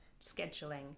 scheduling